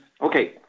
Okay